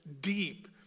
deep